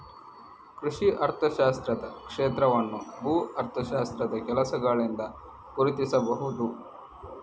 ಕೃಷಿ ಅರ್ಥಶಾಸ್ತ್ರದ ಕ್ಷೇತ್ರವನ್ನು ಭೂ ಅರ್ಥಶಾಸ್ತ್ರದ ಕೆಲಸಗಳಿಂದ ಗುರುತಿಸಬಹುದು